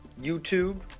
YouTube